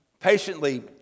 Patiently